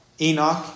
Enoch